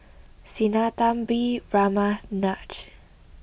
Sinnathamby Ramnath Raj